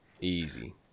Easy